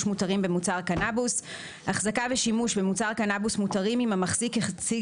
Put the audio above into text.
מותרים במוצר קנבוס 4א. החזקה ושימוש במוצר קנבוס מותרים אם המחזיק השיג